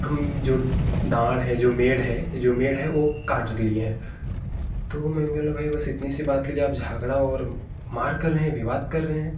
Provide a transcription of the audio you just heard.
हम जो डाँड़ है जो मेड़ है जो मेड़ है वो काट दिए हैं तो मैं बोला भाई बस इतनी सी बात के लिए आप झगड़ा और मार कर रहे हैं विवाद कर रहे हैं